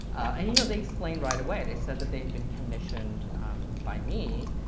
and you know they explained right away. they said that they'd been commissioned by me,